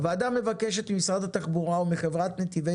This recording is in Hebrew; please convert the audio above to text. הוועדה מבקשת ממשרד התחבורה ומחברת נתיבי